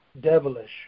devilish